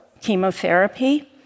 chemotherapy